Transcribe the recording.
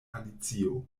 alicio